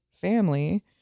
family